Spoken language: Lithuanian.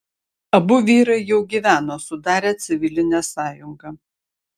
abu vyrai jau gyveno sudarę civilinę sąjungą